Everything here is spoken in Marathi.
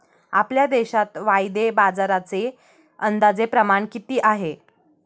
आपल्या देशात वायदे बाजाराचे अंदाजे प्रमाण किती आहे?